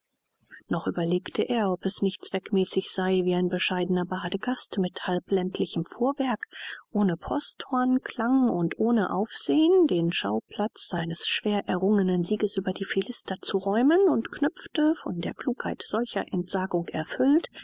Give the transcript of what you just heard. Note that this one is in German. noch überlegte er ob es nicht zweckmäßig sei wie ein bescheidener badegast mit halbländlichem fuhrwerk ohne posthornklang und ohne aufsehen den schauplatz seines schwererrungenen sieges über die philister zu räumen und knüpfte von der klugheit solcher entsagung erfüllt